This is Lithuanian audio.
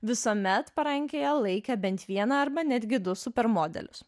visuomet parankėje laikė bent vieną arba netgi du supermodelius